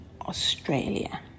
Australia